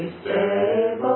stable